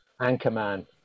Anchorman